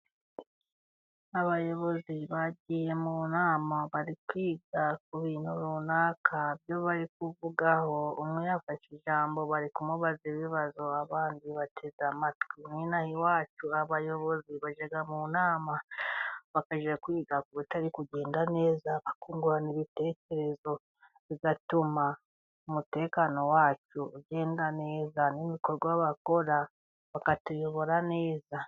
Abayobozi bagiye mu nama bari kwiga ku bintu runaka byo bari kuvugaho, umwe yafashe ijambo bari kumubaza ibibazo abandi bateze amatwi. N'ino aha iwacu abayobazi bajya mu nama bakajya kwiga ku bitari kugenda neza, bakungurana ibitekerezo bigatuma umutekano wacu ugenda neza, n'ibikorwa bakora bakatuyobora neza.